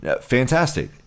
Fantastic